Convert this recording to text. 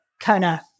Kona